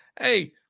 hey